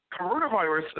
coronavirus